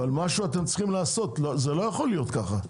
אבל משהו אתם צריכים לעשות, זה לא יכול להיות ככה.